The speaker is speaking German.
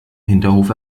hinterhof